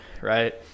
right